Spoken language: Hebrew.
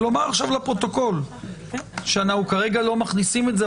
ולומר עכשיו לפרוטוקול שאנחנו כרגע לא מכניסים את זה,